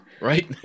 right